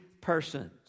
persons